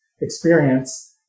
experience